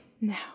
Now